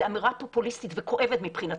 זה אמירה פופוליסטית וכואבת מבחינתי.